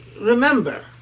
remember